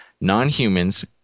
Non-humans